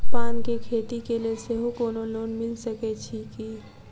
पान केँ खेती केँ लेल सेहो कोनो लोन मिल सकै छी की?